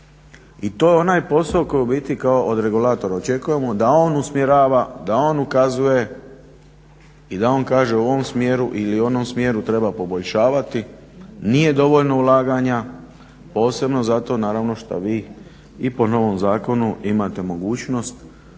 I to je onaj posao koji u biti kao od regulatora očekujemo, da on usmjerava, da on ukazuje i da on kaže u ovom smjeru ili onom smjeru treba poboljšavati. Nije dovoljno ulaganja posebno zato naravno šta vi i po novom zakonu imate mogućnost